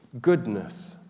goodness